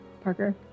Parker